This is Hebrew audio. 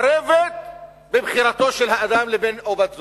מתערבת בבחירתו של האדם את בן או בת זוגו.